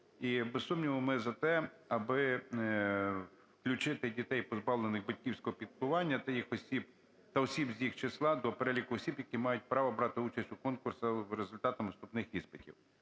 І, без сумніву, ми за те, аби включити дітей, позбавлених батьківського піклування та їх осіб… та осіб з їх числа до переліку осіб, які мають право брати участь у конкурсах по результатам вступних виступів.